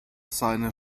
seine